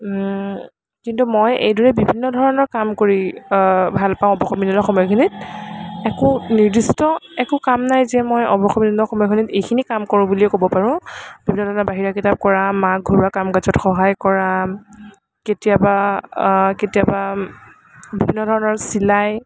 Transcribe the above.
কিন্তু মই এইদৰে বিভিন্ন ধৰণৰ কাম কৰি ভালপাওঁ অৱসৰ বিনোদনৰ সময়খিনিত একো নিৰ্দিষ্ট একো কাম নাই যে মই অৱসৰ বিনোদনৰ সময়খিনিত এইখিনি কাম কৰোঁ বুলি ক'ব পাৰোঁ বিভিন্ন ধৰণৰ বাহিৰা কিতাপ কৰা মাক ঘৰুৱা কাম কাজত সহায় কৰা কেতিয়াবা কেতিয়াবা বিভিন্ন ধৰণৰ চিলাই